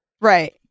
Right